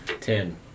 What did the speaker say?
Ten